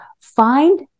find